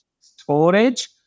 storage